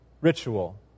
ritual